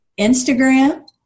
Instagram